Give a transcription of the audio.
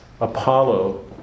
Apollo